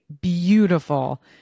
beautiful